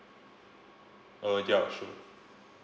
uh ya sure